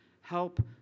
help